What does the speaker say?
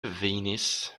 venus